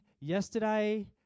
yesterday